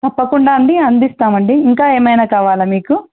తప్పకుండా అండి అందిస్తాం అండి ఇంకా ఏమైనా కావాలా మీకు